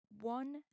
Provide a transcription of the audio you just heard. one